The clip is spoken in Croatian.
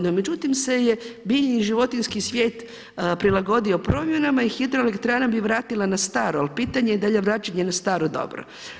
No međutim se je biljni i životinjski svijet prilagodio promjenama i hidroelektrana bi vratila na staro, ali pitanje je da li je vraćanje na staro dobro.